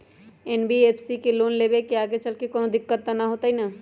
NBFC से loan लेबे से आगेचलके कौनो दिक्कत त न होतई न?